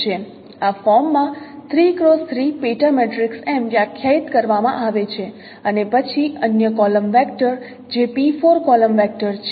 આ ફોર્મમાં પેટા મેટ્રિક્સ M વ્યાખ્યાયિત કરવામાં આવે છે અને પછી અન્ય કોલમ વેક્ટર જે કોલમ વેક્ટર છે